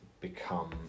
become